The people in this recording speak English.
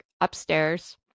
upstairs